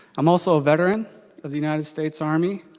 i'm also a veteran of the united states army.